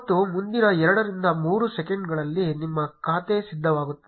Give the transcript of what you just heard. ಮತ್ತು ಮುಂದಿನ 2 ರಿಂದ 3 ಸೆಕೆಂಡುಗಳಲ್ಲಿ ನಿಮ್ಮ ಖಾತೆ ಸಿದ್ಧವಾಗುತ್ತದೆ